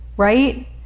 right